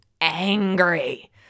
angry